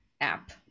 app